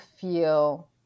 feel